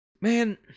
Man